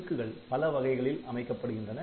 அடுக்குகள் பலவகைகளில் அமைக்கப்படுகின்றன